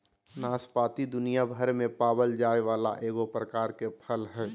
नाशपाती दुनियाभर में पावल जाये वाला एगो प्रकार के फल हइ